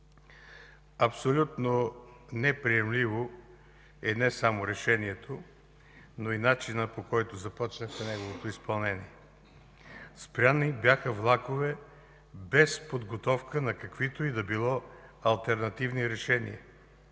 Абсолютно неприемливо е не само решението, но и начинът, по който започна неговото изпълнение. Спрени бяха влакове без подготовка на каквито и да било алтернативни решения.